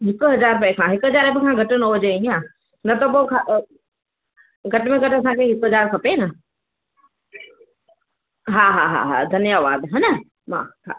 हिक हज़ार रुपए खां हिक हज़ार खां घटि न हुजे इहो न त पोइ खां घटि में घटि असांखे हिक हज़ार खपे न हा हा हा हा धन्यवादु हा न हा हा